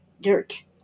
dirt